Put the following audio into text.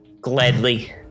Gladly